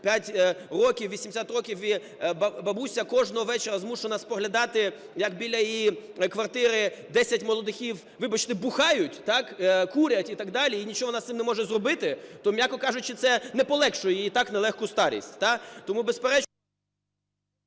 85 років, 80 років, бабуся кожного вечора змушена споглядати як біля її квартири 10 молодиків, вибачте, бухають, так, курять і так далі, і нічого вона з цим не може зробити, то м'яко кажучи, це не полегшує її і так нелегку старість. Так. Тому безперечно…